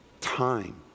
time